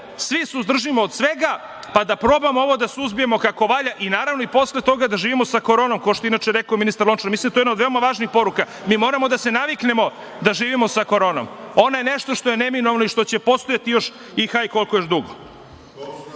svi suzdržimo od svega pa da probamo ovo da suzbijemo kako valja i naravno i posle toga da živimo sa Koronom, kao što je rekao ministar Lončar. Mislim da je to jedna od veoma važnih poruka. Moramo da se naviknemo da živimo sa Koronom. Ona je nešto što je neminovno i što će postojati još koliko još dugo. Što